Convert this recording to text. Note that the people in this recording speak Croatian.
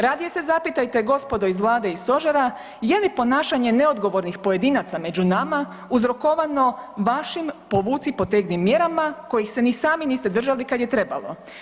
Radije se zapitajte gospodo iz Vlade i stožera je li ponašanje neodgovornih pojedinaca među nama uzrokovano vašim povuci potegni mjerama kojih se ni sami niste držali kada je trebalo?